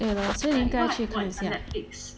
like what I watch on Netflix is